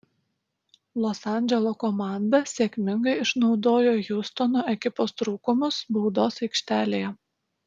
los andželo komanda sėkmingai išnaudojo hjustono ekipos trūkumus baudos aikštelėje